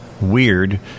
weird